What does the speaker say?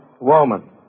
woman